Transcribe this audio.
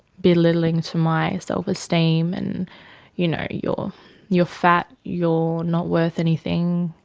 belittling to my self-esteem, and you know, you're you're fat, you're not worth anything.